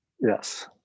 Yes